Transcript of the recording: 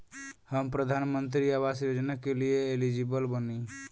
हम प्रधानमंत्री आवास योजना के लिए एलिजिबल बनी?